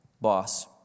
boss